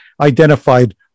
identified